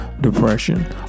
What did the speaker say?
depression